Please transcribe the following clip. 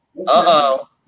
Uh-oh